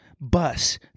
Bus